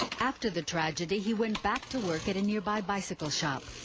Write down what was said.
after the tragedy he went back to work at a nearby bicycle shop,